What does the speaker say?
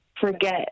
forget